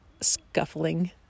scuffling